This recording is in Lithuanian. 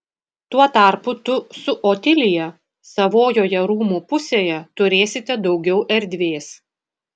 tuo tarpu tu su otilija savojoje rūmų pusėje turėsite daugiau erdvės